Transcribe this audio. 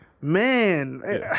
Man